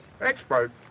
Expert